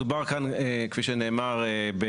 מדובר כאן כפי שנאמר,